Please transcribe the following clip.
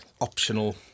optional